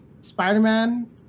Spider-Man